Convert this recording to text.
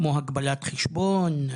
כמו הגבלת חשבון,